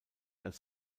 als